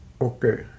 Okay